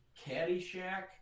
Caddyshack